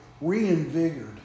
reinvigorated